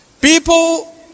People